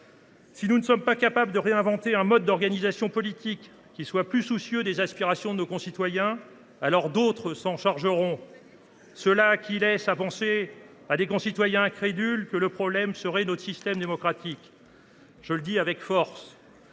Si nous ne sommes pas capables de réinventer un mode d’organisation politique qui soit plus soucieux des aspirations de nos concitoyens, alors d’autres s’en chargeront, ceux là mêmes qui laissent penser à des concitoyens crédules que le problème serait notre système démocratique. Je le dis avec force,